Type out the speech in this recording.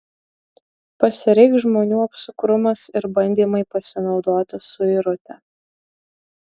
pasireikš žmonių apsukrumas ir bandymai pasinaudoti suirute